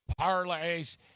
parlays